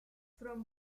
from